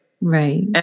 right